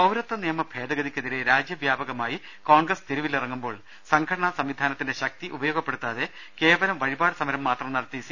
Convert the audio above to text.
പൌരത്വനിയമഭേദഗതിക്കെതിരെ രാജ്യ വ്യാപകമായി കോൺഗ്രസ് തെരുവിലിറങ്ങുമ്പോൾ സംഘടനാ സംവിധാനത്തിന്റെ ശക്തി ഉപയോഗപ്പെടുത്താതെ കേവലം വഴിപാട് സമരം മാത്രം നടത്തി സി